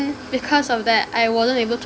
because of that I wasn't able to